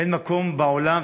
אין מקום בעולם,